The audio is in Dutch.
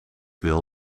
wil